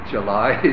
July